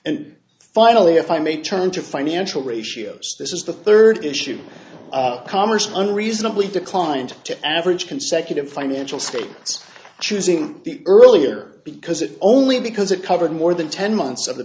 and finally if i may turn to financial ratios this is the third issue of commerce unreasonably declined to average consecutive financial statements choosing the earlier because it only because it covered more than ten months of the